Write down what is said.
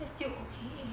that's still okay